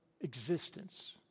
existence